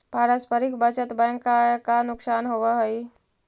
पारस्परिक बचत बैंक के का नुकसान होवऽ हइ?